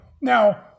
Now